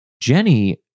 Jenny